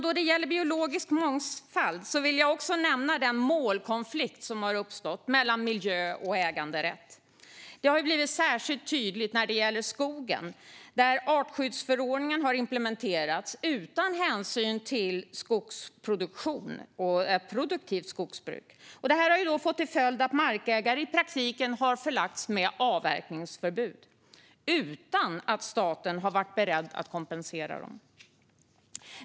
När det gäller biologisk mångfald vill jag också nämna den målkonflikt som har uppstått mellan miljö och äganderätt. Detta har blivit särskilt tydligt när det gäller skogen. Där har artskyddsförordningen implementerats utan hänsyn till produktivt skogsbruk, vilket fått till följd att markägare i praktiken belagts med avverkningsförbud - utan att staten varit beredd att kompensera dem.